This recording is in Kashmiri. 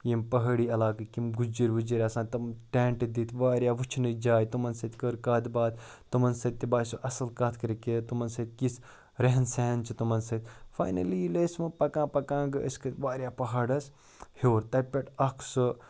یِم پہٲڑی علاقٕکۍ یِم گُجِر وُجِر آسان تِم ٹٮ۪نٛٹ دِتھ واریاہ وٕچھنٕچ جاے تِمَن سۭتۍ کٔر کَتھ باتھ تِمَن سۭتۍ تہِ باسیو اَصٕل کَتھ کٔرِتھ کہِ تِمَن سۭتۍ کِژھ ریٚہَن سیٚہَن چھِ تِمَن سۭتۍ فاینٔلی ییٚلہِ أسۍ وۄنۍ پَکان پَکان گہٕ أسۍ کھٔتۍ واریاہ پہاڑَس ہیوٚر تَتہِ پٮ۪ٹھ اَکھ سُہ